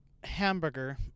hamburger